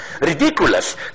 ridiculous